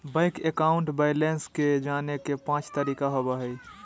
bank account balance के जाने के पांच तरीका होबो हइ